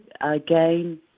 again